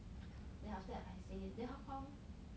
then after that I say then how come